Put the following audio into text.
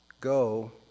Go